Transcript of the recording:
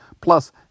Plus